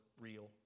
real